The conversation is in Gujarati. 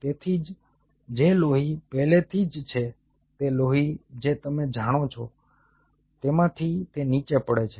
તેથી જે લોહી પહેલેથી જ છે તે લોહી જે તમે જાણો છો તેમાંથી તે નીચે પડે છે